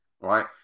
right